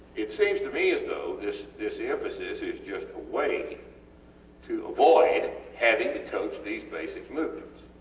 it seems to me as though this this emphasis is just a way to avoid having to coach these basic movements.